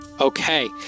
Okay